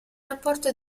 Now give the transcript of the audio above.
rapporto